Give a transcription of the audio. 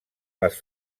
les